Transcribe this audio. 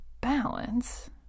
balance